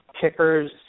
kickers